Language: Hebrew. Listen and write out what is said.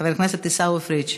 חבר הכנסת עיסאווי פריג'